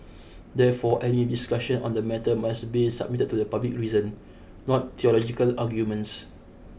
therefore any discussions on the matter must be submitted to the public reason not theological arguments